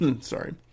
sorry